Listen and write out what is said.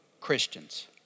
Christians